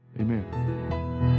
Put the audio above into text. Amen